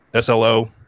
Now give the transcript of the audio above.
SLO